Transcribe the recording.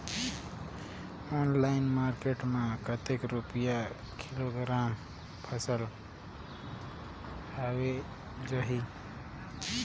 Online market मां कतेक रुपिया किलोग्राम फसल हवे जाही?